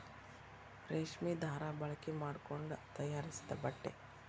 ರೇಶ್ಮಿ ದಾರಾ ಬಳಕೆ ಮಾಡಕೊಂಡ ತಯಾರಿಸಿದ ಬಟ್ಟೆ